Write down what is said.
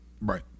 Right